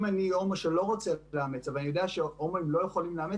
אם אני הומו שלא רוצה לאמץ אבל אני יודע שהומואים לא יכולים לאמץ,